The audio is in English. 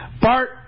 Bart